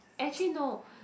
actually no